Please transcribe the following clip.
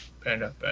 Panda